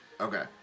Okay